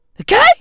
Okay